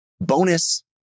bonus